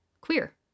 queer